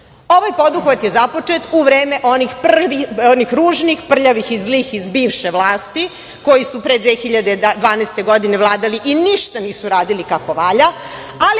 Ovaj poduhvat je započet u vreme onih ružnih, prljavih i zlih iz bivše vlasti koji su 2012. godine vladali i ništa nisu uradili kako valja, ali